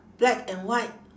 black and white